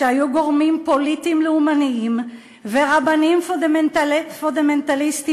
שהיו גורמים פוליטיים לאומניים ורבנים פונדמנטליסטים